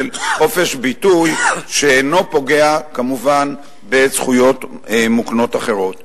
של חופש ביטוי שאינו פוגע כמובן בזכויות מוקנות אחרות.